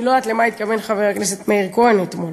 אני לא יודעת למה התכוון חבר הכנסת מאיר כהן אתמול,